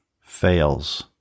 fails